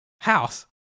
house